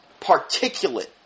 particulate